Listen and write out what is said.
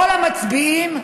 כל המצביעים,